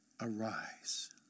Arise